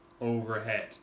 overhead